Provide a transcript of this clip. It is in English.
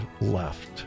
left